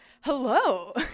Hello